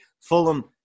Fulham